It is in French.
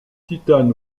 titan